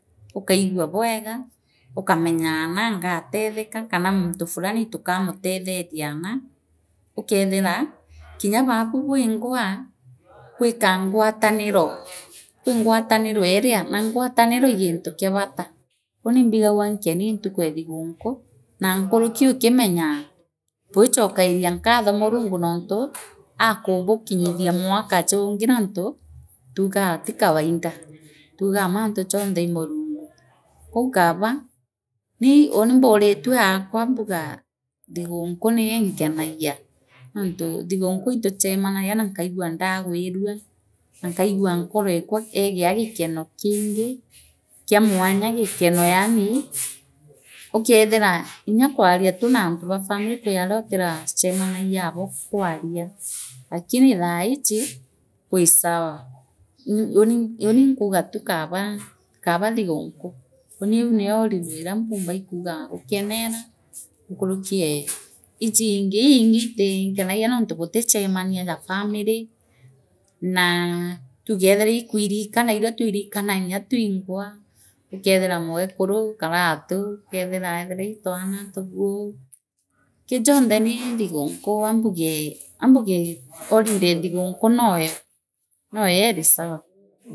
Likaigua bwega likamenya maa ngatetheka kana munthi fulani tuikamutetheria aana lilikeethira kirya baku busingwa kwi kangataniro kwi ngwatanino iria na ngwataniro ii ginti kia bata liliniimbigagua nkeni ntuku ee thiguku na nkuriki likimenyaa bwichokaina nkatho murungu nonthi aakubukinyithia mwaka juungi naanthi tugaa ti kawaida tugaa manthi jontre ii murungu kwou kaba ni liush mburitue cakwa mbugaa thiglinka niyo inkenagia noonthi thigunkua nkooroekwa egia gikeno kiinga kia mwanya gikona yaani likeethira nyaa kwaria tu naanth ba family kwibakia litirachamanagia nabo bwania thaaiji wisawa ni li linii inkugaa tu kaaba kaaba thigudiku uuni iu yo holiday ina mpambaa ikuugaa ingukenera nkurukil ee iji ii inge tinkenagia nonthi buttohemania jaa family naa tuuge ethira ikwiinkata irio twinkana nya twingwa ukethira mwekini karatu likeethira eethira ii twane ngui kii jionte nii thgunki aambaye aambaye holiday ee thigunke nooyo iri sawa.